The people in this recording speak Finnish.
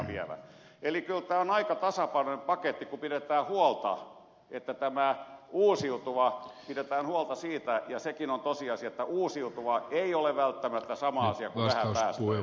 eli kyllä tämä on aika tasapainoinen paketti kun pidetään huolta tästä uusiutuvasta ja sekin on tosiasia että uusiutuva ei ole välttämättä sama asia kuin vähäpäästöinen